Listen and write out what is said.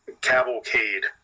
cavalcade